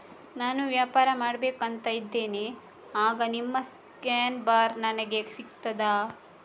ನಾನು ವ್ಯಾಪಾರ ಮಾಡಬೇಕು ಅಂತ ಇದ್ದೇನೆ, ಆಗ ನಿಮ್ಮ ಸ್ಕ್ಯಾನ್ ಬಾರ್ ನನಗೆ ಸಿಗ್ತದಾ?